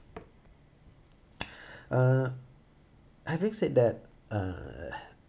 uh having said that uh